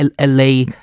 LA